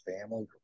family